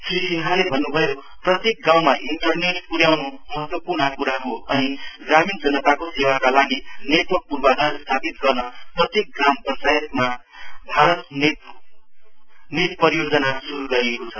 श्री सिन्हाले भन्नुभयो प्रत्येक गाँउमा इन्टरनेट पूर्याउन् महत्वपूर्ण कुरा हो अनि ग्रामीण जनताको सेवाको लागि नेटवर्क पूर्वधार स्थापित गर्न प्रत्येक ग्राम पञ्चायतमा भारत नेट परियोजना श्रु गरिएको छ